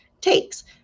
takes